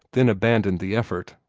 then abandoned the effort.